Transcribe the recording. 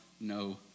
no